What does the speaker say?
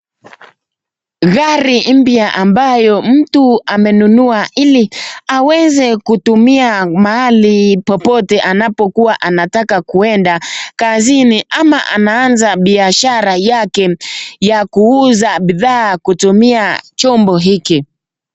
Gari mpya ambayo mtu amenunua ili aweze kutumia mahali popote anapokuwa anataka kuenda kazini ama anaanza biashara yake ya kuuza bidhaa kutumia chombo hiki.